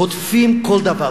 הודפים כל דבר.